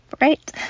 right